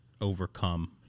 overcome